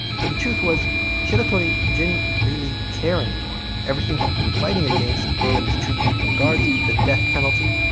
but the truth was shiratori didn't really care anymore. everything he'd been fighting against, the mistreatment from guards, the death penalty,